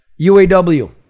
uaw